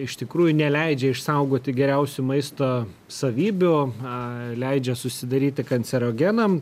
iš tikrųjų neleidžia išsaugoti geriausių maisto savybių a leidžia susidaryti kancerogenam